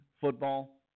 football